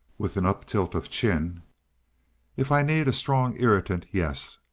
with an uptilt of chin if i need a strong irritant, yes!